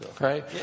Right